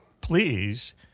please